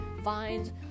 vines